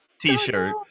t-shirt